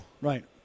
right